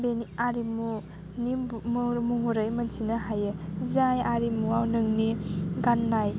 बेनि आरिमुनि महरै मिन्थिनो हायो जाय आरिमुआव नोंनि गान्नाय